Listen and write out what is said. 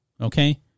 Okay